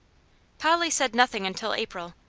polly said nothing until april,